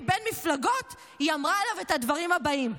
בין מפלגות היא אמרה עליו את הדברים הבאים: